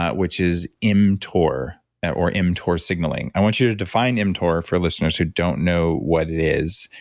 ah which is mtor or mtor signaling. i want you to define mtor for listeners who don't know what it is.